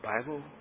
Bible